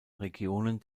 regionen